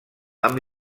amb